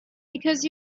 because